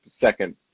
second